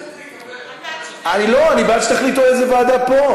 אני בעד שתחליטו פה איזו ועדה.